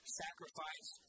sacrifice